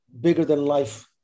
bigger-than-life